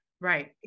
Right